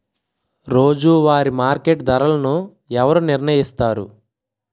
రోజువారి మార్కెట్ ధరలను ఎవరు నిర్ణయిస్తారు?